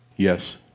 Yes